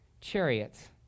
chariots